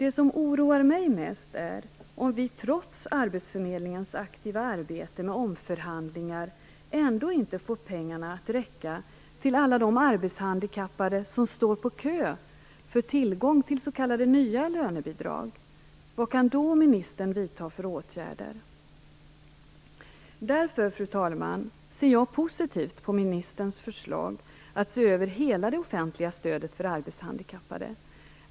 Det som oroar mig mest är om vi trots arbetsförmedlingens aktiva arbete med omförhandlingar ändå inte får pengarna att räcka till alla de arbetshandikappade som står i kö för tillgång till s.k. Därför, fru talman, ser jag positivt på ministerns förslag om att se över hela det offentliga stödet för arbetshandikappade.